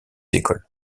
écoles